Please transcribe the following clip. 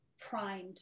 primed